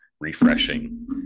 refreshing